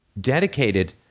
dedicated